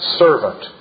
servant